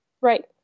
Right